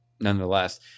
nonetheless